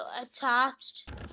attached